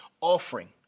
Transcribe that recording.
offering